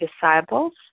disciples